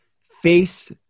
face